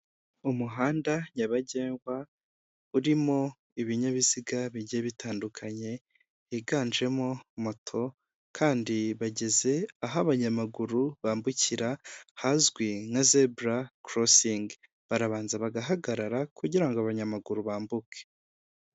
Umuhanda nyabagendwa urimo ibinyabiziga bigiye bitandukanye, higanjemo moto kandi bageze aho abanyamaguru bambukira hazwi nka zebura korosingi, barabanza bagahagarara kugira ngo abanyamaguru bambuke.